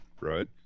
Right